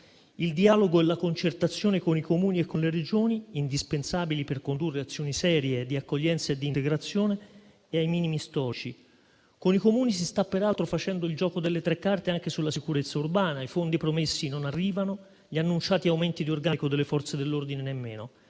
Il dialogo e la concertazione con i Comuni e con le Regioni, indispensabili per condurre azioni serie di accoglienza e di integrazione, è ai minimi storici. Con i Comuni si sta peraltro facendo il gioco delle tre carte anche sulla sicurezza urbana; i fondi promessi non arrivano; gli annunciati aumenti di organico delle Forze dell'ordine nemmeno.